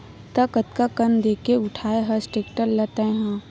त कतका कन देके उठाय हस टेक्टर ल तैय हा?